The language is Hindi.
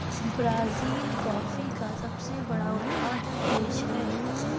ब्राज़ील कॉफी का सबसे बड़ा उत्पादक देश है